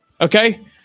okay